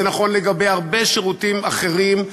זה נכון לגבי הרבה שירותים אחרים,